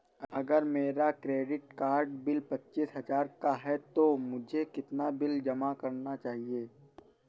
अगर मेरा credit card bill पच्चीस हजार का है तो मुझे कितना बिल जमा करना चाहिए?